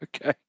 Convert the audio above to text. Okay